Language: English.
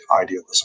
idealism